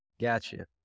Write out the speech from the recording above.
Gotcha